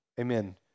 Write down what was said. Amen